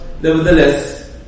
nevertheless